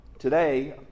Today